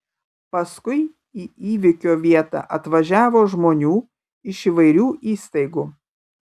paskui į įvykio vietą atvažiavo žmonių iš įvairių įstaigų